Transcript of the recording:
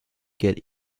get